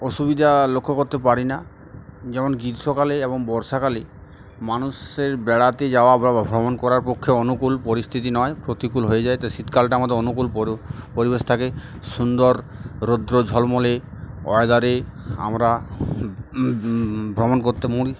অসুবিধা লক্ষ্য করতে পারি না যেমন গ্রীষ্মকালে এবং বর্ষাকালে মানুষের বেড়াতে যাওয়া বা ভ্রমণ করার পক্ষে অনুকূল পরিস্থিতি নয় প্রতিকূল হয়ে যায় তো শীতকালটা আমাদের অনুকূল পরিবেশ থাকে সুন্দর রৌদ্র ঝলমলে ওয়েদারে আমরা ভ্রমণ করতে